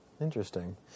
Interesting